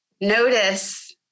Notice